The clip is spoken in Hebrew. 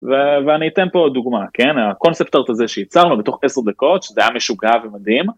ואני אתן פה דוגמה, הקונספטרט הזה שיצרנו בתוך עשר דקות, שזה היה משוגע ומדהים.